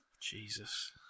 Jesus